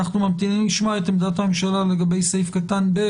אנו ממתינים לשמוע את עמדת הממשלה לגבי סעיף קטן (ב),